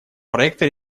проекта